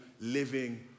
living